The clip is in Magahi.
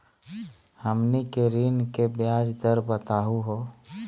हमनी के ऋण के ब्याज दर बताहु हो?